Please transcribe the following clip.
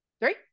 three